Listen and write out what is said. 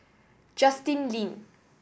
Justin Lean